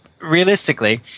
realistically